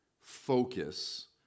focus